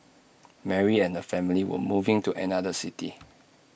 Mary and her family were moving to another city